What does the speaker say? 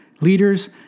Leaders